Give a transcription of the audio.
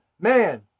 man